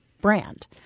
brand